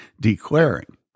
declaring